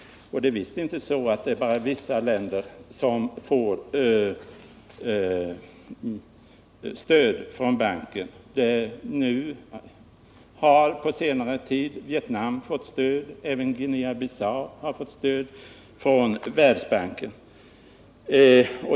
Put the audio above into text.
Det är visst inte så att det bara är vissa länder som får stöd från banken. På senare tid har Vietnam fått stöd, och även Guinea-Bissau har fått stöd från Världsbanken.